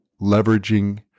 leveraging